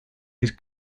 his